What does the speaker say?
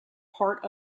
part